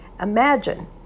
Imagine